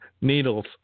Needles